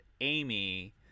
Amy